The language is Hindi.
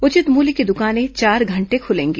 उचित मूल्य की दुकानें चार घंटे खुलेंगी